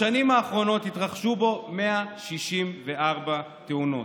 בשנים האחרונות התרחשו בו 164 תאונות.